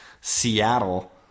Seattle